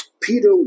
Peter